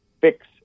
fix